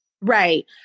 right